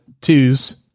twos